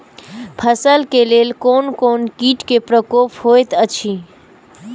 फसल के लेल कोन कोन किट के प्रकोप होयत अछि?